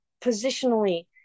positionally